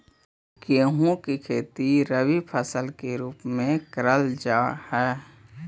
गेहूं की खेती रबी फसल के रूप में करल जा हई